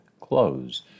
close